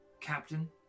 captain